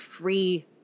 free